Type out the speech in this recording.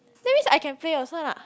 that means I can play also lah